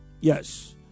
Yes